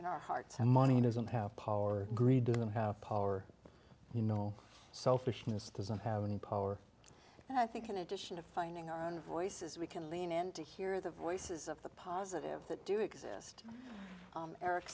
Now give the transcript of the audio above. in our hearts and money doesn't have power greed doesn't have power you know selfishness doesn't have any power and i think in addition to finding our own voices we can lean in to hear the voices of the positive that do exist eric